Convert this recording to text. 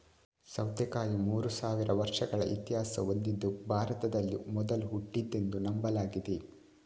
ಸೌತೆಕಾಯಿ ಮೂರು ಸಾವಿರ ವರ್ಷಗಳ ಇತಿಹಾಸ ಹೊಂದಿದ್ದು ಭಾರತದಲ್ಲಿ ಮೊದಲು ಹುಟ್ಟಿದ್ದೆಂದು ನಂಬಲಾಗಿದೆ